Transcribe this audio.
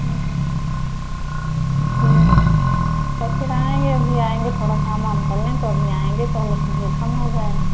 हं ठीक है तो फिर आएँगे अभी आएँगे थोड़ा काम वाम कर लें तो अभी आएँगे थोड़ी सी भीड़ कम हो जाए